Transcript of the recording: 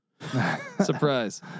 Surprise